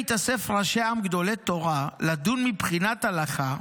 בהתאסף ראשי עם גדולי תורה לדון --- מבחינת ההלכה"